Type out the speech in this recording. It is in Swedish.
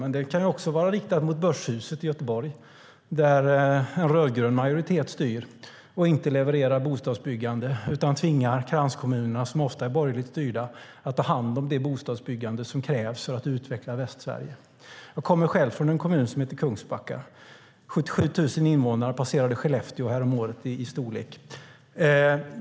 Men den kan också vara riktad mot Börshuset i Göteborg där en rödgrön majoritet styr och inte levererar bostadsbyggande utan tvingar kranskommunerna, som ofta är borgerligt styrda, att ta hand om det bostadsbyggande som krävs för att utveckla Västsverige. Jag kommer själv från en kommun som heter Kungsbacka som har 77 000 invånare och passerade Skellefteå häromåret i storlek.